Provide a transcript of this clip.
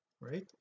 right